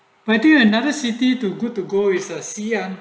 i think another city too good to go is the xian